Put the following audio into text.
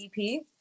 EP